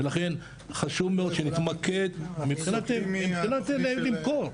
ולכן חשוב מאוד שנתמקד מבחינת למכור.